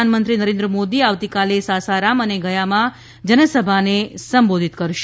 પ્રધાનમંત્રી નરેન્દ્ર મોદી આવતીકાલે સાસારામ અને ગયામાં જનસભાને સંબોધિત કરશે